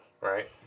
Right